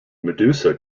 medusa